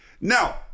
Now